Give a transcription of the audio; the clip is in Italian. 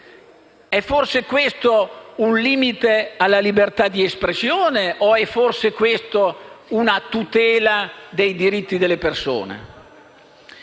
È forse questo un limite alla libertà di espressione o è forse questo una tutela dei diritti delle persone?